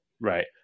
right